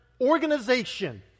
organization